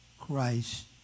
Christ